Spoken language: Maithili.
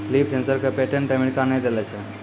लीफ सेंसर क पेटेंट अमेरिका ने देलें छै?